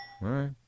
right